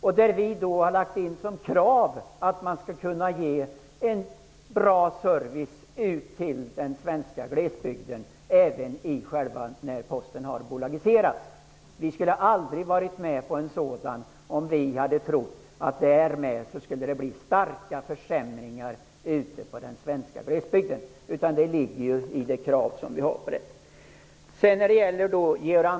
Vi i Centern har ställt som krav att man skall kunna ge en bra service i den svenska glesbygden även när Posten har bolagiserats. Vi skulle aldrig ha gått med på en bolagisering om vi trott att det därmed skulle blir stora försämringar ute i den svenska glesbygden. Detta ligger i det krav som vi har ställt.